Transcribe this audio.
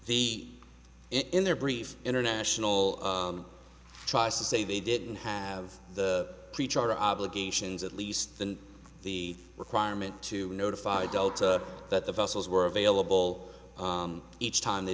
the in their brief international tries to say they didn't have the preacher obligations at least than the requirement to notify delta that the vessels were available each time they